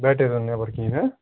battery نیرن نیٚبر کِہیٖنۍ